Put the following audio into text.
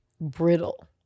brittle